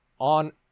on